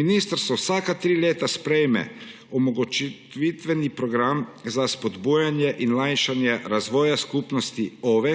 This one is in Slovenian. Ministrstvo vsaka tri leta sprejme omogočitveni program za spodbujanje in lajšanje razvoja skupnosti OVE,